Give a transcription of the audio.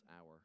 hour